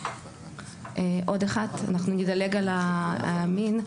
אנחנו נדלג על המין.